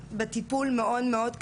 קורבנות של אלימות טכנולוגית.